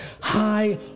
high